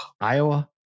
Iowa